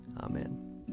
Amen